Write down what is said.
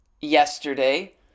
yesterday